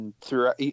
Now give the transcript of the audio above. throughout